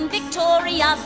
Victoria